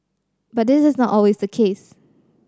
but this is not always the case